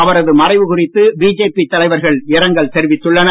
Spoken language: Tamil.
அவரது மறைவு குறித்து பிஜேபி தலைவர்கள் இரங்கல் தெரிவித்துள்ளனர்